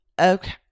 okay